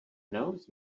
knows